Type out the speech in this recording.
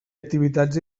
activitats